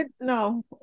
no